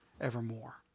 evermore